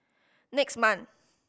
next month